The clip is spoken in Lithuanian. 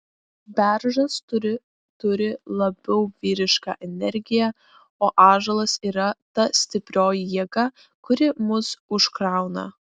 beržas turi turi labiau vyrišką energiją o ąžuolas yra ta stiprioji jėga kuri mus užkrauna